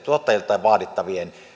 tuottajilta vaadittavien